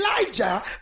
Elijah